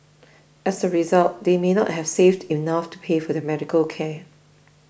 as a result they may not have saved enough to pay for their medical care